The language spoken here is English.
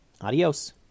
Adios